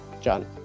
John